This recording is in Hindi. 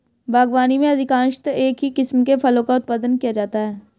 बागवानी में अधिकांशतः एक ही किस्म के फलों का उत्पादन किया जाता है